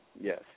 Yes